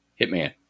Hitman